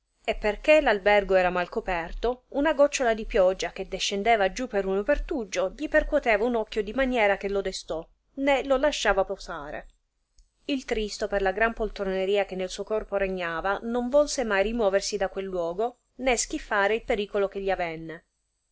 e perchè l'albergo era mal coperto una gocciola di pioggia che descendeva giù per uno pertuggio gli percuoteva un occhio di maniera che lo destò né lo lasciava posare il tristo per la gran poltroneria che nel suo corpo regnava non volse mai rimoversi da quel luogo né schiffare il pericolo che gli avenne